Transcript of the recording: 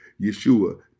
yeshua